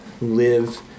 live